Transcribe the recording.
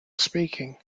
speaking